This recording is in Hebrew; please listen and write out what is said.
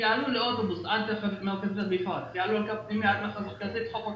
הם יעלו לאוטובוס עד המפרץ, עוד אחד עד חוף הכרמל,